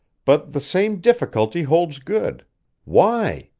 but the same difficulty holds good why?